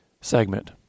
segment